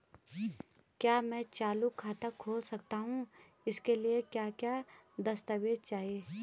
क्या मैं चालू खाता खोल सकता हूँ इसके लिए क्या क्या दस्तावेज़ चाहिए?